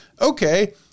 Okay